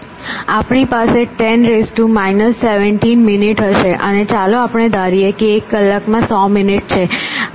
આપણી પાસે 10 17 મિનિટ હશે અને ચાલો આપણે ધારીએ કે એક કલાકમાં 100 મિનિટ છે